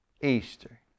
Easter